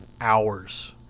hours